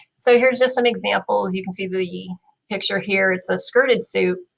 so here's just some examples. you can see the picture here it's a skirted suit